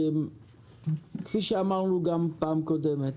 כפי שאמרנו גם בפעם הקודמת,